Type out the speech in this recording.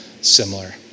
similar